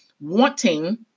wanting